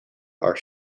are